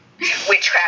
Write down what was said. Witchcraft